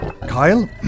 Kyle